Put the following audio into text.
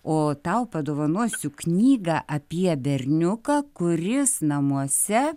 o tau padovanosiu knygą apie berniuką kuris namuose